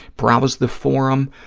browse the forum,